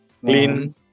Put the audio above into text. clean